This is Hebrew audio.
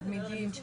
תלמידים?